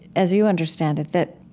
as you understand it, that